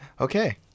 okay